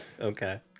Okay